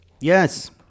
Yes